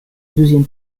douzième